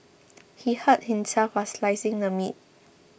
he hurt himself while slicing the meat